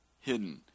hidden